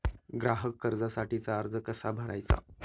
ग्राहक कर्जासाठीचा अर्ज कसा भरायचा?